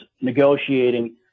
negotiating